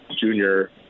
junior